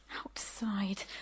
Outside